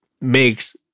makes